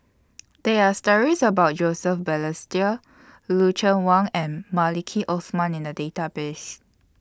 There Are stories about Joseph Balestier Lucien Wang and Maliki Osman in The Database